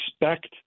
expect